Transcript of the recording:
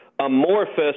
amorphous